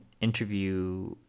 interview